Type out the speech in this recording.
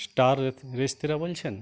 star restaurant বলছেন